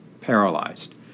paralyzed